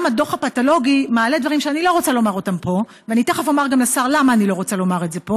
הדוח הפתולוגי מעלה דברים שאני לא רוצה לומר אותם פה